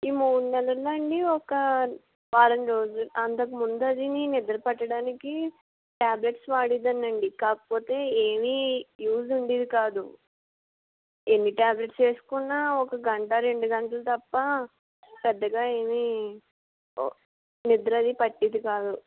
ఈ మూడు నెలలలో అండి ఒక వారం రోజులు అంతకముందు అది నిద్రపట్టడానికి టాబ్లెట్స్ వాడేదాన్ని అండి కాకపోతే ఏమీ యూస్ ఉండేది కాదు ఎన్ని టాబ్లెట్స్ వేసుకున్న ఒక గంట రెండు గంటలు తప్ప పెద్దగా ఏమి నిద్ర అది పట్టేది కాదు